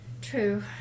true